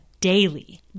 daily